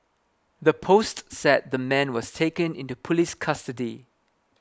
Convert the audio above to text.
the post said the man was taken into police custody